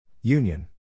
Union